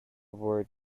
word